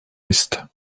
est